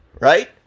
right